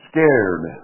Scared